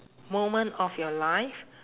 moment of your life